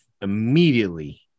immediately